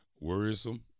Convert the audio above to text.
Worrisome